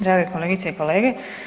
Drage kolegice i kolege.